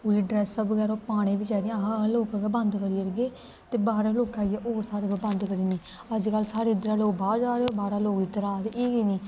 पूरी ड्रैसअप बगैरा ओह् पाने बी चाहिदियां अस लोग गै बंद करी ओड़गे ते बाह्रा लोकें आइयै होर साढ़े पर बंद करी ओड़नी अजकल्ल साढ़े इद्धरां लोग बाह्र जा और बाह्रा लोग इद्धर आ दे एह् की निं